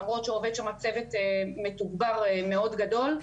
למרות שעובד שם צוות מתוגבר מאוד גדול.